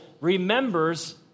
remembers